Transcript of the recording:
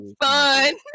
fun